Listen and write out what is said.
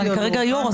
אני כרגע היושבת-ראש,